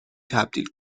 تبدیل